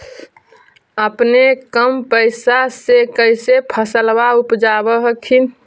अपने कम पैसा से कैसे फसलबा उपजाब हखिन?